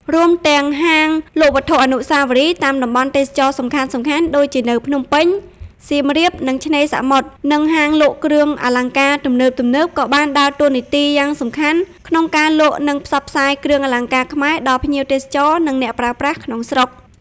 រួមទាំង ហាងលក់វត្ថុអនុស្សាវរីយ៍ តាមតំបន់ទេសចរណ៍សំខាន់ៗ (ដូចជានៅភ្នំពេញ សៀមរាប និងឆ្នេរសមុទ្រ) និងហាងលក់គ្រឿងអលង្ការទំនើបៗ ក៏បានដើរតួនាទីយ៉ាងសំខាន់ក្នុងការលក់ និងផ្សព្វផ្សាយគ្រឿងអលង្ការខ្មែរដល់ភ្ញៀវទេសចរ និងអ្នកប្រើប្រាស់ក្នុងស្រុក។